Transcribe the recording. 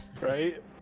Right